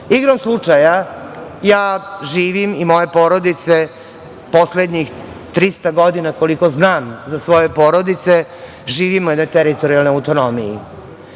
Igrom slučaja, ja živim i moje porodice poslednjih 300 godina, koliko znam za svoje porodice, živimo na teritorijalnoj autonomiji